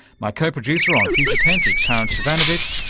my co-producer on future tense is karin zsivanovits,